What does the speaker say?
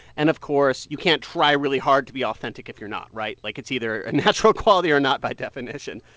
and, of course, you can't try really hard to be authentic if you're not, right? like, like, it's either a natural quality or not by definition.